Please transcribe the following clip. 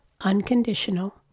Unconditional